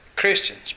Christians